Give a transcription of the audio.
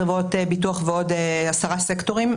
חברות ביטוח ועוד עשרה סקטורים,